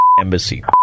embassy